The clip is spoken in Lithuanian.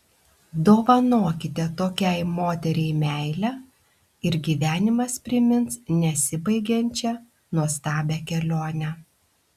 dovanokite tokiai moteriai meilę ir gyvenimas primins nesibaigiančią nuostabią kelionę